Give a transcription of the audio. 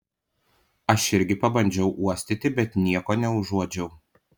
aš irgi pabandžiau uostyti bet nieko neužuodžiau